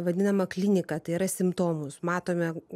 vadinamą kliniką tai yra simptomus matome